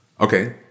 okay